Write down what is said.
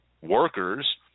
workers